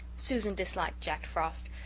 susan disliked jack frost,